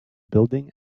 building